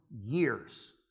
years